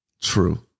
true